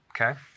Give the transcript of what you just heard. Okay